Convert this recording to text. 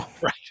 Right